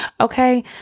Okay